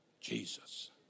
Jesus